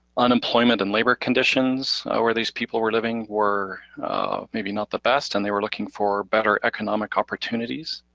unemployment and labor conditions, where these people were living were maybe not the best, and they were looking for better economic opportunities.